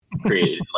created